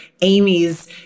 Amy's